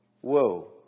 Whoa